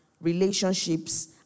relationships